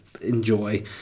enjoy